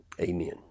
Amen